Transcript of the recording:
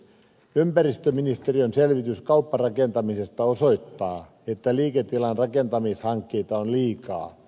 ympäristöministeriön selvitys kaupparakentamisesta osoittaa että liiketilan rakentamishankkeita on liikaa